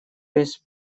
есть